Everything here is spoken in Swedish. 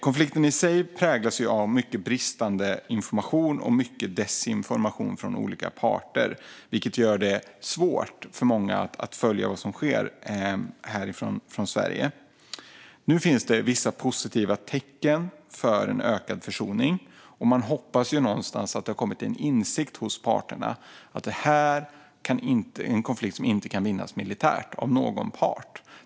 Konflikten i sig präglas av mycket bristande information och av mycket desinformation från olika parter, vilket gör det svårt för många att härifrån Sverige följa vad som sker. Nu finns vissa positiva tecken på ökad försoning. Man hoppas någonstans att parterna har kommit till insikt om att det är en konflikt som inte kan vinnas militärt av någon part.